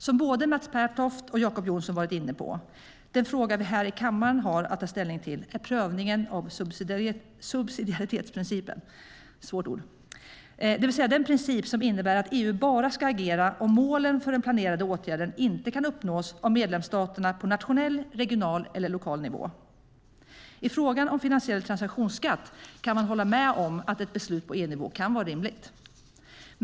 Som både Mats Pertoft och Jacob Johnson varit inne på är den fråga vi här i kammaren har att ta ställning till prövningen av subsidiaritetsprincipen, det vill säga den princip som innebär att EU bara ska agera om målen för den planerade åtgärden inte kan uppnås av medlemsstaterna på nationell, regional eller lokal nivå. I frågan om finansiell transaktionsskatt kan man hålla med om att ett beslut på EU-nivå kan vara rimligt.